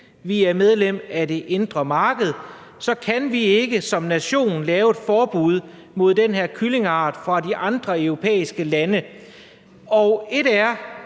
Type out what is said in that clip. vi er medlem af det indre marked, kan vi ikke som nation lave et forbud mod den her kyllingeart for de andre europæiske lande. Og ét er,